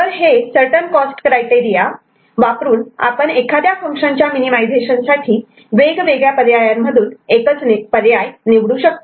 तर हे हे सर्टन कॉस्ट क्रायटेरिया वापरून आपण एखाद्या फंक्शन च्या मिनिमिझेशन साठी वेगवेगळ्या पर्यायांमधून एकच पर्याय निवडू शकतो